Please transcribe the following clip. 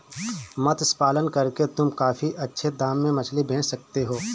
मत्स्य पालन करके तुम काफी अच्छे दाम में मछली बेच सकती हो